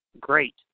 great